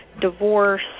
divorce